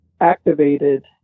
activated